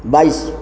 ବାଇଶ